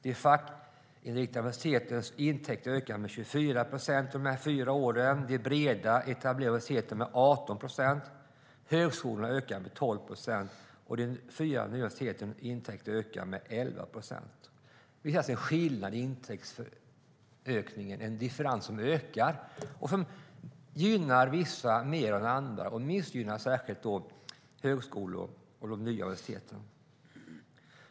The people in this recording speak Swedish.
De fackinriktade universitetens intäkter ökade med 24 procent under de fyra åren, de breda etablerade universitetens med 18 procent, högskolornas med 12 procent och de fyra nya universitetens intäkter ökade med 11 procent. Vi har alltså en skillnad i intäktsökning, en differens som ökar. Det gynnar vissa mer än andra och missgynnar särskilt högskolorna och de nya universiteten.